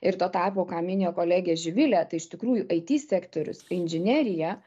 ir tuo tarpu ką minėjo kolegė živilė tai iš tikrųjų it sektorius inžinerija